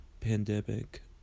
pandemic